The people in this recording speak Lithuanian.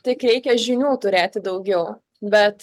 tik reikia žinių turėti daugiau bet